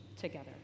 together